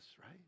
right